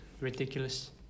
ridiculous